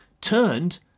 turned